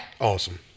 awesome